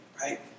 right